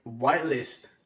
whitelist